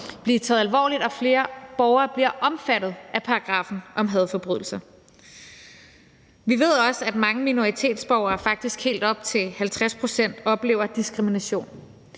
blive taget alvorligt og flere borgere bliver omfattet af paragraffen om hadforbrydelser. Vi ved også, at mange minoritetsborgere – faktisk helt op til 50 pct. – oplever diskrimination.